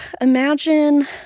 imagine